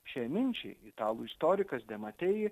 šiai minčiai italų istorikas demateji